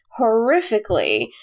horrifically